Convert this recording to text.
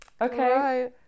Okay